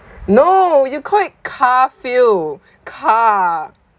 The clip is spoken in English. no you call it carfield car